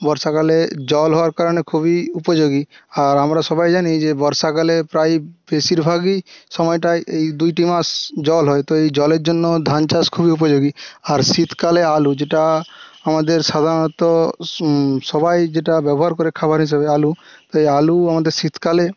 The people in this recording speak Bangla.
বর্ষাকালে জল হওয়ার কারণে খুবই উপযোগী আর আমরা সবাই জানি যে বর্ষাকালে প্রায় বেশিরভাগই সময়টায় এই দুইটি মাস জল হয় তো এই জলের জন্য ধান চাষ খুবই উপযোগী আর শীতকালে আলু যেটা আমাদের সাধারণত সবাই যেটা ব্যবহার করে খাবার হিসাবে আলু তাই আলু আমাদের শীতকালে